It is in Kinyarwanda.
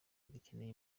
rukeneye